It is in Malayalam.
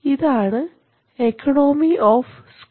ഇതാണ് എക്കണോമി ഓഫ് സ്കോപ്പ്